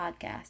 podcast